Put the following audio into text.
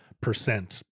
percent